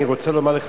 אני רוצה לומר לך,